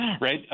right